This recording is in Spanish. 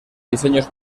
diseños